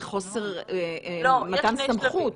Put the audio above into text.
זה חוסר מתן סמכות.